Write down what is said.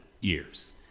years